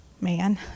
man